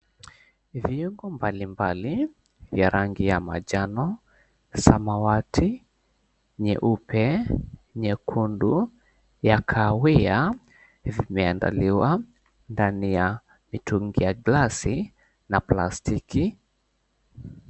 Viungo mbalimbali za rangi ya manjano, nyeupe, nyekundu, na ya kahawia, vimeandaliwa ndani ya mitungi ya glasi na plastiki.